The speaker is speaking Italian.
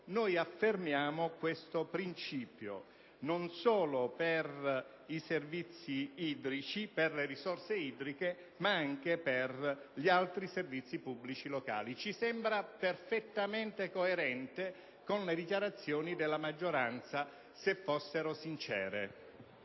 noi affermiamo tale principio non solo per i servizi e per le risorse idriche, ma anche per gli altri servizi pubblici locali. Dunque, esso ci sembra perfettamente coerente con le dichiarazioni della maggioranza, se fossero sincere.